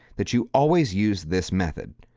that you always use this method.